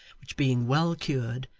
which being well cured,